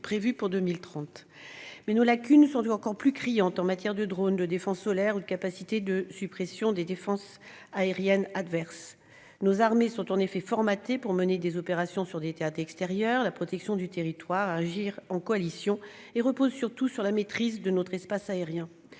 prévu pour 2030. Mais nos lacunes sont encore plus criantes en matière de drones, de défense sol-air ou de capacités de suppression des défenses aériennes adverses. Nos armées sont en effet formatées pour mener des opérations sur des théâtres extérieurs, protéger le territoire, agir en coalition, et reposent surtout sur la maîtrise de notre espace aérien.